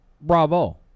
bravo